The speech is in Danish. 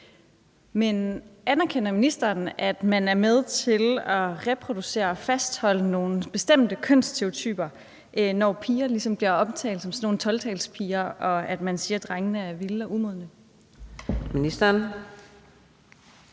Men anerkender ministeren, at man er med til at reproducere og fastholde nogle bestemte kønsstereotyper, når pigerne bliver omtalt som sådan nogle 12-talspiger, og at man siger, at drengene er vilde og umodne? Kl.